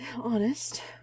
honest